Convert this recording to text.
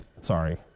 sorry